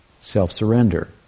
self-surrender